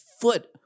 foot